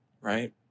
Right